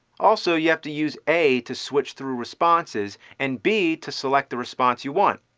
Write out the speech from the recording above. also, you have to use a to switch through responses and b to select the response you want.